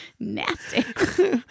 Nasty